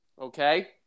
okay